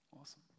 awesome